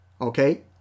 okay